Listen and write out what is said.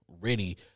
ready